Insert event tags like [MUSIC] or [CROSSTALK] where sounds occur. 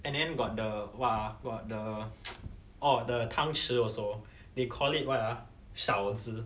and then got the what ah got the [NOISE] oh the 汤匙 also they call it what ah 勺子